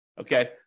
okay